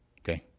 Okay